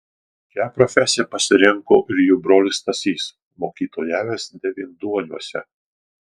šią profesiją pasirinko ir jų brolis stasys mokytojavęs devynduoniuose